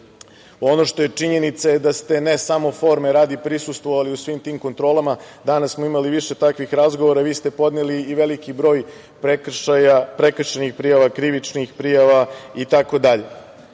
što je činjenica je da ste ne samo forme radi prisustvovali u svim tim kontrolama. Danas smo imali više takvih razgovora i vi ste podneli i veliki broj prekršajnih prijava, krivičnih prijava, itd.